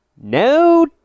No